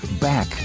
back